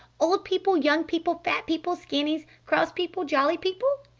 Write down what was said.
old people, young people, fat people, skinnys, cross people, jolly people.